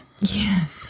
Yes